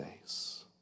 face